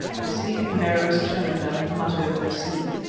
the sleeping bearers turned and muttered in their sleep,